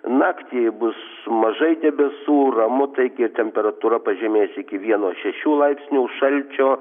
naktį bus mažai debesų ramu taigi ir temperatūra pažemės iki vieno šešių laipsnių šalčio